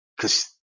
cause